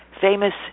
famous